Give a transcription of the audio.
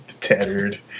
tattered